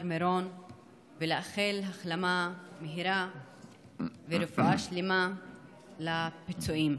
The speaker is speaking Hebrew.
מירון ולאחל החלמה מהירה ורפואה שלמה לפצועים.